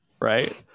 Right